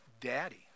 Daddy